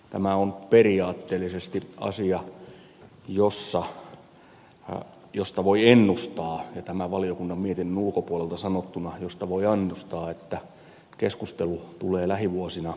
tämä on ja tämä valiokunnan mietinnön ulkopuolelta sanottuna periaatteellisesti asia josta voi ennustaa että mä valiokunnan mietinnulkopuolelta sanottuna josta voidaan siitä keskustelu tulee lähivuosina jatkumaan